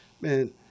man